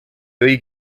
three